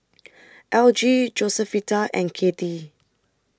Algie Josefita and Cathi